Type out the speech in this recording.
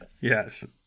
Yes